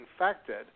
infected